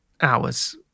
hours